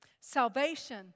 Salvation